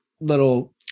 little